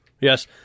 yes